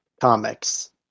comics